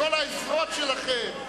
כל העזרות שלכם.